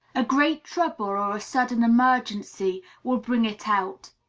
a great trouble or a sudden emergency will bring it out.